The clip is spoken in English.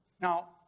Now